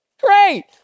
Great